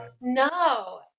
no